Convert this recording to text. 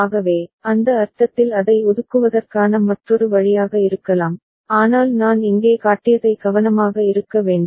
ஆகவே அந்த அர்த்தத்தில் அதை ஒதுக்குவதற்கான மற்றொரு வழியாக இருக்கலாம் ஆனால் நான் இங்கே காட்டியதை கவனமாக இருக்க வேண்டும்